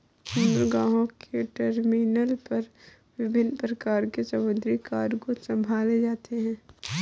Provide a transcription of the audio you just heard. बंदरगाहों के टर्मिनल पर विभिन्न प्रकार के समुद्री कार्गो संभाले जाते हैं